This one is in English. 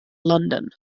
london